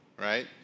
Right